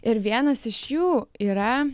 ir vienas iš jų yra